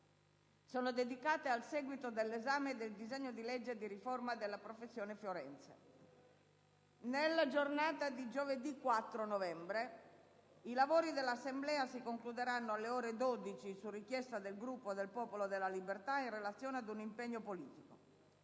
sono dedicate al seguito dell'esame del disegno di legge di riforma della professione forense. Nella giornata di giovedì 4 novembre i lavori dell'Assemblea si concluderanno alle ore 12, su richiesta del Gruppo del Popolo della Libertà in relazione ad un impegno politico.